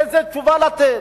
איזו תשובה לתת.